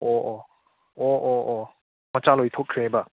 ꯑꯣ ꯑꯣ ꯑꯣ ꯑꯣ ꯑꯣ ꯃꯆꯥ ꯂꯣꯏꯊꯣꯛꯈ꯭ꯔꯦꯕ